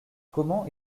comment